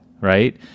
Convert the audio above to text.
Right